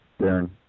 Darren